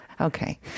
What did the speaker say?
Okay